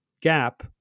gap